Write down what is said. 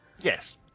Yes